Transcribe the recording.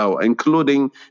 including